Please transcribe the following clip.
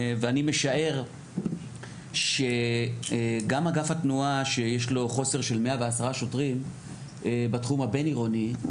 ואני משער שגם אגף התנועה שיש לו חוסר של 110 שוטרים בתחום הבין עירוני,